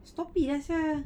stop it lah sia